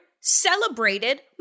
celebrated